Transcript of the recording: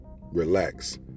relax